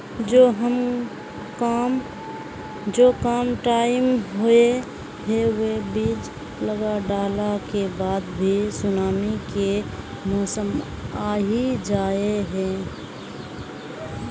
जो कम टाइम होये है वो बीज लगा डाला के बाद भी सुनामी के मौसम आ ही जाय है?